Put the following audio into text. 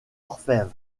orfèvre